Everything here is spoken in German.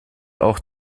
auch